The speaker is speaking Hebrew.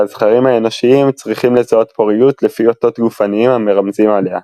והזכרים האנושיים צריכים לזהות פוריות לפי אותות גופניים המרמזים עליה.